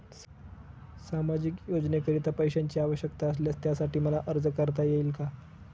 सामाजिक योजनेकरीता पैशांची आवश्यकता असल्यास त्यासाठी मला अर्ज करता येईल का?